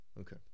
okay